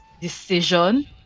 decision